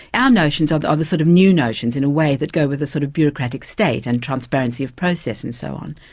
um notions are the sort of new notions in a way that go with the sort of bureaucratic state and transparency of process and so on.